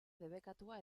debekatua